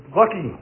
lucky